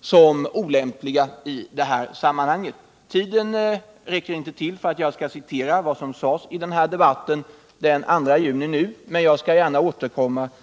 som olämpliga i detta sammanhang. Tiden räcker inte nu till för att citera vad som sades i debatten den 2 juni, men jag skall gärna återkomma.